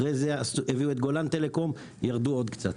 אחרי זה הביאו את גולן טלקום ירדו עוד קצת.